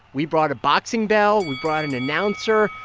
we brought a boxing bell we brought an announcer.